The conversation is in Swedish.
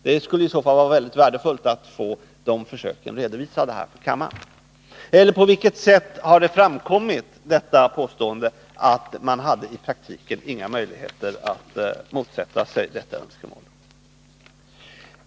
Det skulle i så fall vara värdefullt att att få de försöken redovisade här i kammaren. Eller på vilket sätt har det påståendet framkommit att man i praktiken inte hade några möjligheter att motsätta sig dessa önskemål?